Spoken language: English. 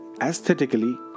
aesthetically